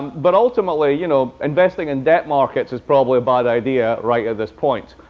but ultimately, you know, investing in debt markets is probably a bad idea right at this point.